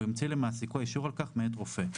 והוא המציא למעסיקו אישור על כך מאת רופא,